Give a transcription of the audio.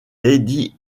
lady